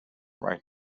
right